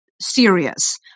Serious